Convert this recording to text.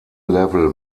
level